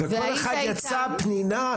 כל אחת יצאה פנינה,